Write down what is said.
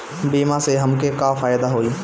बीमा से हमके का फायदा होई?